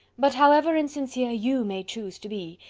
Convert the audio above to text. but however insincere you may choose to be,